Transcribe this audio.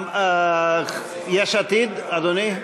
יש עתיד, אדוני?